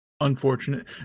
unfortunate